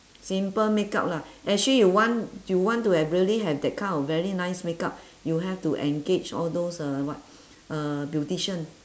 simple makeup lah actually you want you want to have really have that kind of very nice makeup you have to engage all those uh what uh beautician